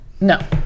No